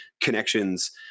connections